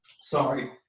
Sorry